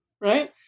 Right